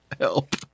Help